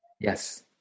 Yes